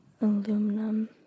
aluminum